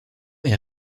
est